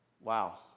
Wow